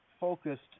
focused